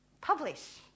publish